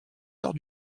heure